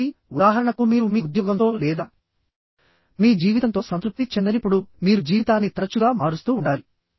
కాబట్టి ఉదాహరణకు మీరు మీ ఉద్యోగంతో లేదా మీ జీవితంతో సంతృప్తి చెందనిప్పుడు మీరు జీవితాన్ని తరచుగా మారుస్తూ ఉండాలి